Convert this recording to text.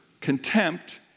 contempt